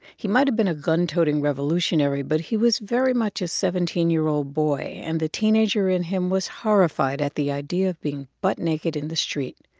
he might have been a gun-toting revolutionary, but he was very much a seventeen year old boy. and the teenager in him was horrified at the idea of being butt naked in the street.